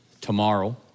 tomorrow